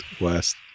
West